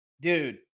Dude